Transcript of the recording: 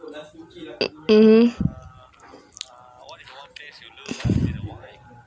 uh mm